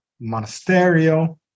Monasterio